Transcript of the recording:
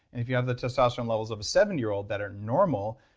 if you have the testosterone levels of a seventy year old that are normal,